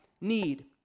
need